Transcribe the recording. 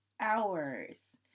hours